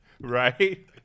Right